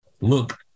look